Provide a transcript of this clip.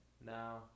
Now